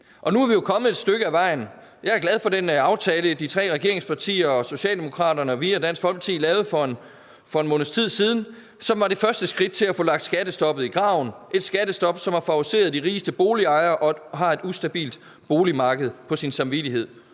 Nu er vi jo kommet et stykke ad vejen. Jeg er glad for den aftale, de tre regeringspartier, Socialdemokratiet, vi og Dansk Folkeparti lavede for en måneds tid siden, som var det første skridt til at få lagt skattestoppet i graven. Det var et skattestop, som har favoriseret de rigeste boligejere og har et ustabilt boligmarked på sin samvittighed.